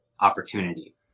opportunity